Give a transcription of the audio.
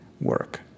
work